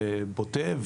זה בוטה,